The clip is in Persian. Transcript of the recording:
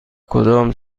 کدام